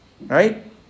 Right